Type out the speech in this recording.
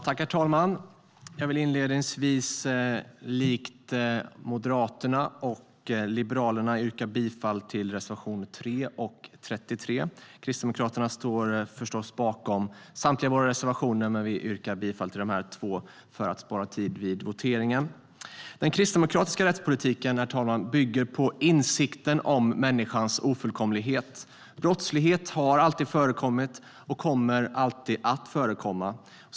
Herr talman! Jag vill inledningsvis, likt Moderaterna och Liberalerna, yrka bifall till reservationerna 3 och 33. Kristdemokraterna står förstås bakom samtliga sina reservationer, men vi yrkar bifall till de här två för att spara tid vid voteringen. Herr talman! Den kristdemokratiska rättspolitiken bygger på insikten om människans ofullkomlighet. Brottslighet har alltid förekommit och kommer alltid att förekomma.